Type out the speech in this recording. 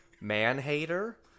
man-hater